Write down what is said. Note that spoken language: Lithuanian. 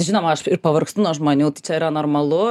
žinoma aš pavargstu nuo žmonių tai čia yra normalu